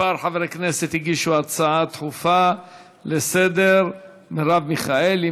הצעות לסדר-היום מס' 3889,